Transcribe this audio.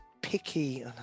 picky